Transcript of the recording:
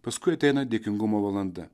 paskui ateina dėkingumo valanda